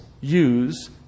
use